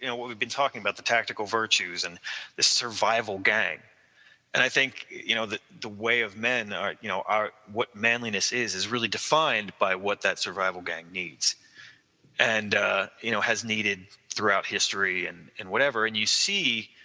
know we've been talking about the tactical virtues and the survival gang and i think you know the the way of men, ah you know what manliness is is really defined by what that survival gang needs and ah you know has needed throughout history and and whatever and you see,